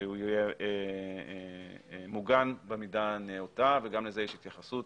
שיהיה מוגן במידה הנאותה, וגם לזה יש התייחסות